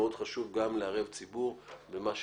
מאוד חשוב גם לערב ציבור במה שניתן.